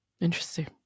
Interesting